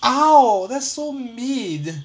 !ow! that's so mean